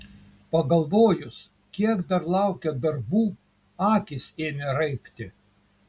pagalvojus kiek dar laukia darbų akys ėmė raibti